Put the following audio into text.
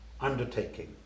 undertaking